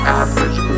average